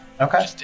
Okay